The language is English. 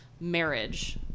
Marriage